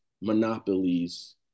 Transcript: monopolies